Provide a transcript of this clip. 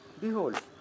Behold